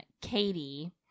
Katie